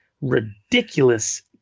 ridiculous